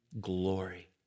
glory